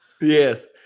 Yes